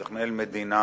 כשצריך לנהל מדינה